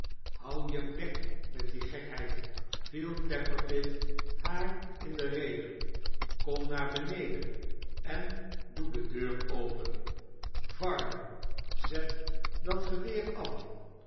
hou je bek met die gekheid viel tappertit haar in de rede skom naar beneden en doe de deur openf varden zet dat geweer af